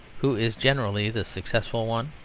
who is generally the successful one.